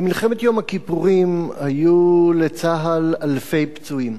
במלחמת יום הכיפורים היו לצה"ל אלפי פצועים,